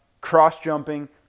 cross-jumping